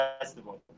Festival